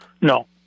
No